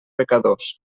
pecadors